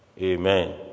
Amen